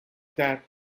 that